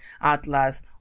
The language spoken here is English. atlas